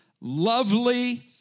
lovely